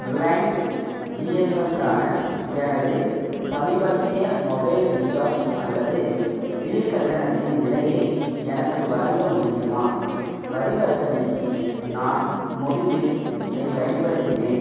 Reliance ஜிஎஸ்எம்க்கான எனது சமீபத்திய மொபைல் ரீசார்ஜ் அல்லது பில் கட்டணத்தின் நிலையை எனக்கு வழங்க முடியுமா பரிவர்த்தனைக்கு நான் மொபிவிக் ஐ பயன்படுத்தினேன்